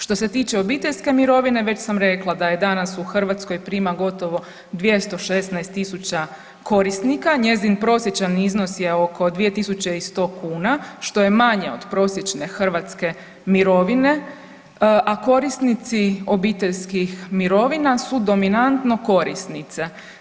Što se tiče obiteljske mirovine već sam rekla da je danas u Hrvatskoj prima gotovo 216.000 korisnika, njezin prosječan iznos je oko 2.100 kuna, što je manje od prosječne hrvatske mirovine, a korisnici obiteljskih mirovina su dominantno korisnice.